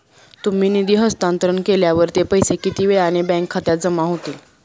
तुम्ही निधी हस्तांतरण केल्यावर ते पैसे किती वेळाने बँक खात्यात जमा होतील?